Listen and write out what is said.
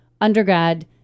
undergrad